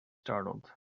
startled